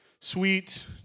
sweet